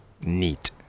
neat